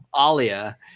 Alia